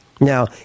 Now